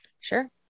Sure